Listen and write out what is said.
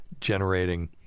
generating